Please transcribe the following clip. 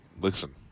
Listen